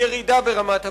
היא ירידה ברמת הבטיחות.